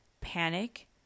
panic